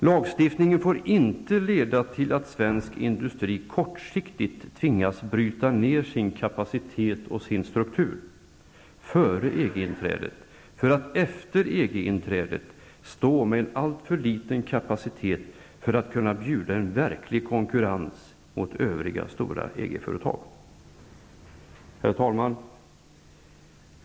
Lagstiftningen får inte leda till att svensk industri kortsiktigt tvingas bryta ner sin kapacitet och struktur före inträdet i EG, för att efter EG-inträdet stå med en alltför liten kapacitet för att kunna bjuda en verklig konkurrens mot stora Herr talman!